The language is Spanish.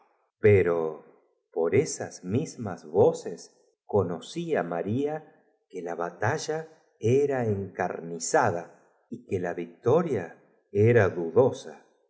pero por esas mismas voces conocla maría que la batalla era encarnizada y que la victmia era dudosa